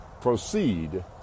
proceed